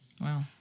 Wow